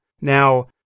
Now